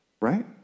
right